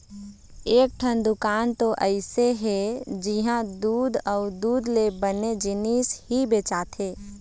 कइठन दुकान तो अइसे हे जिंहा दूद अउ दूद ले बने जिनिस ही बेचाथे